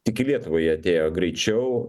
tik į lietuvą jie atėjo greičiau